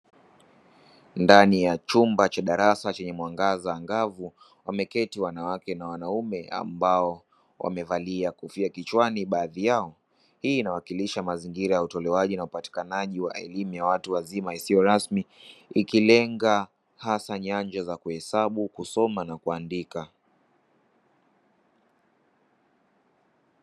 Ndani ya chumba cha darasa chenye mwangaza angavu wameketi wanawake na wanaume ambao wamevalia kofia kichwani baadhi yao. Hii inawakilisha mazingira ya utolewaji na hupatikanaji wa elimu ya watu wazima isiyo rasmi ikilenga hasa nyanja za kuhesabu, kusoma na kuandika.